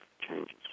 changes